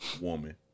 woman